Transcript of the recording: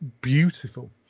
beautiful